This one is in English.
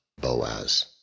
BOAZ